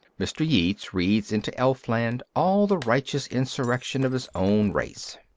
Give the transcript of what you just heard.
mr. yeats reads into elfland all the righteous insurrection of his own race.